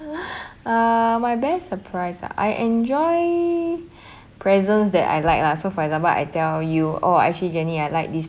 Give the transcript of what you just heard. uh my best surprise ah I enjoy presents that I like lah so for example I tell you oh actually jennie I like this